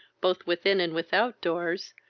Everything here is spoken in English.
both within and without doors,